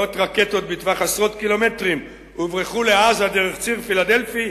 מאות רקטות בטווח עשרות קילומטרים הוברחו לעזה דרך ציר פילדלפי,